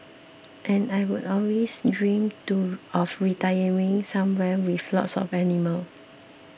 and I'd always dreamed to of retiring somewhere with lots of animals